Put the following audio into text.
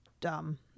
dumb